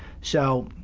so